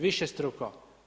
Višestruko.